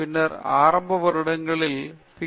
பின்னர் உங்கள் ஆரம்ப வருடங்களில் உங்கள் Ph